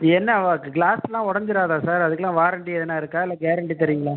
என்ன க்ளாஸ்லாம் உடஞ்சிறாதா சார் அதுக்கெலாம் வாரண்ட்டி எதுனா இருக்கா இல்லை கேரண்ட்டி தரிங்களா